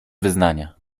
wyznania